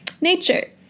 nature